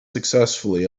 successfully